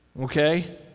okay